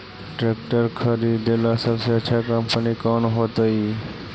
Tractor खरीदेला सबसे अच्छा कंपनी कौन होतई?